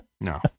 no